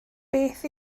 beth